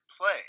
play